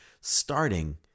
Starting